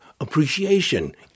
appreciation